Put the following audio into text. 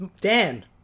Dan